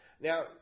Now